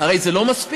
הרי זה לא מספיק,